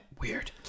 weird